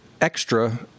extra